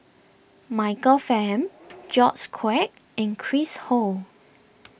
Michael Fam George Quek and Chris Ho